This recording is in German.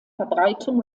verbreitung